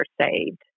saved